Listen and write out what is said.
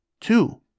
Two